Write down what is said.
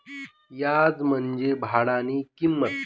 याज म्हंजी भाडानी किंमत